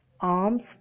arms